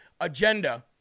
agenda